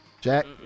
Jack